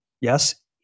yes